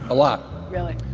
a lot. really.